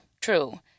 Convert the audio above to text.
true